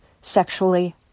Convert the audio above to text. sexually